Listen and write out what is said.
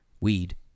weed